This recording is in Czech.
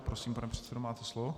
Prosím, pane předsedo, máte slovo.